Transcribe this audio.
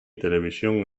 televisión